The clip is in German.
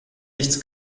nichts